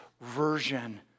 version